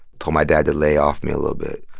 told my dad to lay off me a little bit,